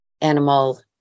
animal